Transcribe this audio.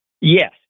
Yes